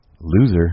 Loser